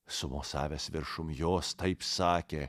sumosavęs viršum jos taip sakė